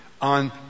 on